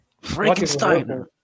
Frankenstein